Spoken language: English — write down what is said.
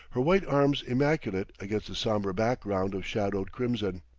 her white arms immaculate against the somber background of shadowed crimson.